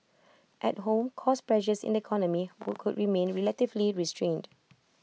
at home cost pressures in the economy could remain relatively restrained